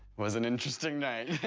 was an interesting night.